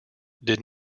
did